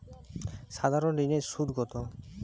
সাধারণ ঋণের সুদ কত?